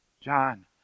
John